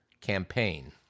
campaign